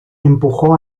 empujó